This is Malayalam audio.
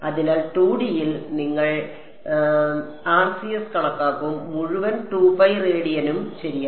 അതിനാൽ 2D യിൽ നിങ്ങൾ RCS കണക്കാക്കും മുഴുവൻ റേഡിയനും ശരിയാണ്